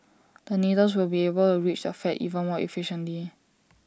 the needles will be able A reach the fat even more efficiently